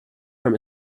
from